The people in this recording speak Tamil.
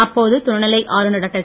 அப்போது துணைநிலை ஆளுநர் டாக்டர்